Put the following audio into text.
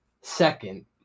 Second